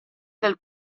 del